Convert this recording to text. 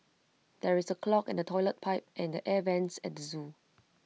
there is A clog in the Toilet Pipe and the air Vents at the Zoo